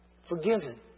forgiven